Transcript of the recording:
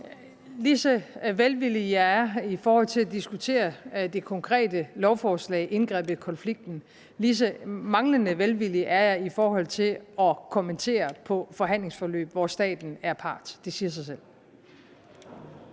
Lige så velvillig jeg er i forhold til at diskutere det konkrete lovforslag, indgrebet i konflikten, lige så lidt velvillig er jeg i forhold til at kommentere forhandlingsforløb, hvor staten er part. Det siger sig selv.